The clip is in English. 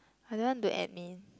I don't want do admin